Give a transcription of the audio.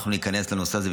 אנחנו ניכנס לנושא הזה,